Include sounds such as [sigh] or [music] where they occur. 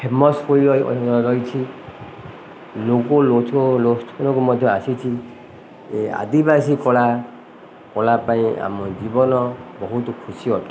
famous ହୋଇ [unintelligible] ରହିଛି ଲୋକ ଲୋଚନକୁ ମଧ୍ୟ ଆସିଛି ଏ ଆଦିବାସୀ କଳା କଳା ପାଇଁ ଆମ ଜୀବନ ବହୁତ ଖୁସି ଅଟେ